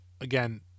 again